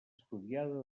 estudiada